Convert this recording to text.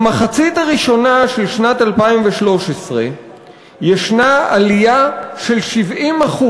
במחצית הראשונה של שנת 2013 יש עלייה של 70%